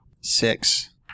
Six